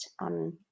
on